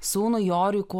sūnui joriui kuo